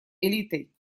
элитой